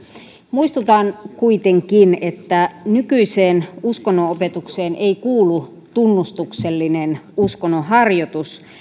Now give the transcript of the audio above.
muistutan kuitenkin että nykyiseen uskonnonopetukseen ei kuulu tunnustuksellinen uskonnon harjoitus